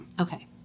Okay